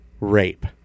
rape